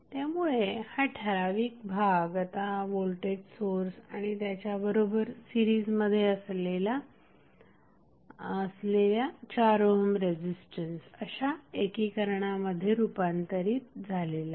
त्यामुळे हा ठराविक भाग आता व्होल्टेज सोर्स आणि त्याच्या बरोबर सीरिजमध्ये असलेल्या 4 ओहम रेझिस्टन्स अशा एकीकरणामध्ये रूपांतरित झाला आहे